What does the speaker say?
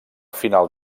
final